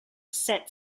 set